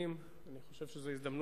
אבל אני מבין שזה העניין של